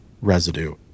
residue